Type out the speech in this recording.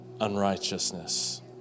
unrighteousness